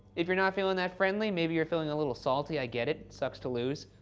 if you're not feeling that friendly, maybe you're feeling a little salty. i get it. sucks to lose.